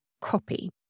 copy